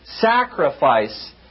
sacrifice